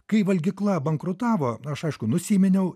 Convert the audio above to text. kai valgykla bankrutavo aš aišku nusiminiau